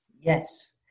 Yes